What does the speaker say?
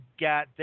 got